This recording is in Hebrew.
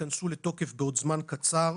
שייכנסו לתוקף בעוד זמן קצר,